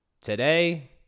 today